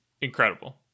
incredible